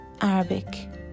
arabic